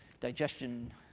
digestion